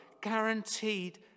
guaranteed